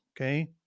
okay